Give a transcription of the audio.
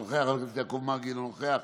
אינו נוכח,